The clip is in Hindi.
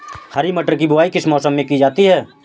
हरी मटर की बुवाई किस मौसम में की जाती है?